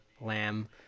Lamb